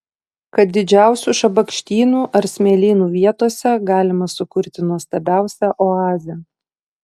kad didžiausių šabakštynų ar smėlynų vietose galima sukurti nuostabiausią oazę